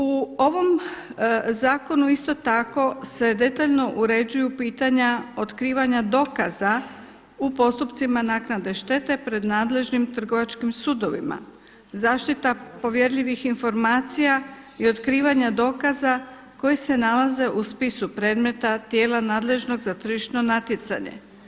U ovom zakonu isto tako se detaljno uređuju pitanja otkrivanja dokaza u postupcima naknade štete pred nadležnim trgovačkim sudovima, zaštita povjerljivih informacija i otkrivanja dokaza koji se nalaze u spisu predmeta, tijela nadležnog za tržišno natjecanje.